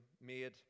made